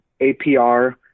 APR